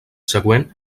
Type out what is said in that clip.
següent